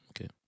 Okay